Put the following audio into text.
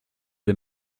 des